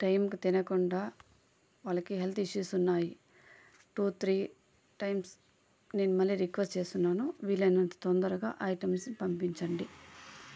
టైంకు తినకుండా వాళ్లకి హెల్త్ ఇష్యూస్ ఉన్నాయి టూ త్రీ టైమ్స్ నేను మళ్ళీ రిక్వెస్ట్ చేస్తున్నాను వీలైనంత తొందరగా ఐటమ్స్ పంపించండి